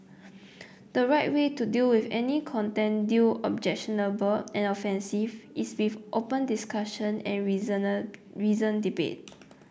the right way to deal with any content objectionable and offensive is with open discussion and reasoned debate